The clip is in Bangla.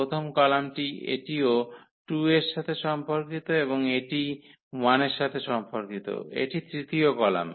প্রথম কলামটি এটিও 2 এর সাথে সম্পর্কিত এবং এটি 1 এর সাথে সম্পর্কিত এটা তৃতীয় কলাম